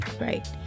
right